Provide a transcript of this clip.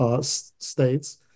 states